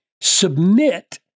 submit